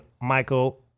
Michael